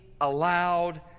allowed